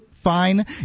fine